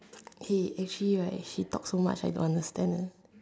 hey actually right she talk so much I don't understand eh